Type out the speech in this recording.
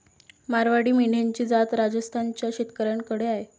मारवाडी मेंढ्यांची जात राजस्थान च्या शेतकऱ्याकडे आहे